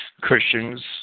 Christians